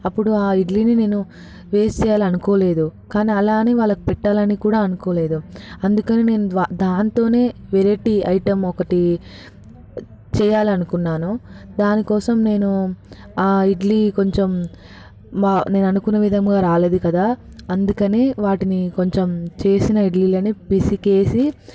అప్పుడు ఆ ఇడ్లీని నేను వేస్ట్ చేయాలని అనుకోలేదు కానీ అలా అని వాళ్ళకు పెట్టాలని కూడా అనుకోలేదు అందుకని నేను దాంతోనే వెరైటీ ఐటమ్ ఒకటి చేయాలని అనుకున్నాను దాని కోసం నేను ఆ ఇడ్లీ కొంచెం నేను అనుకున్న విధంగా రాలేదు కదా అందుకని వాటిని కొంచెం చేసిన ఇడ్లీలని పిసికేసి